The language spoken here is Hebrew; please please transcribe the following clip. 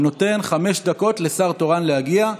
אני נותן חמש דקות לשר תורן להגיע.